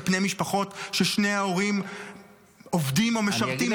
על פני משפחות שבהן שני ההורים עובדים או משרתים או גם וגם?